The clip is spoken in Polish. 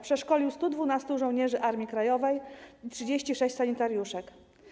Przeszkolił 112 żołnierzy Armii Krajowej i 36 sanitariuszek.